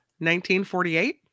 1948